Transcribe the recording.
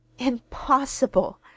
impossible